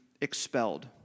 expelled